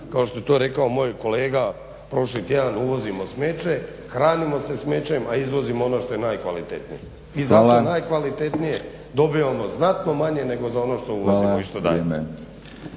kao što je to rekao moj kolega prošli tjedan uvozimo smeće, hranimo se smećem a izvozimo ono što je najkvalitetnije. I zato najkvalitetnije dobivamo znatno manje nego za ono što uvozimo i što dajemo.